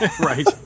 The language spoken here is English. Right